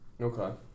Okay